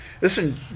Listen